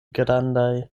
grandaj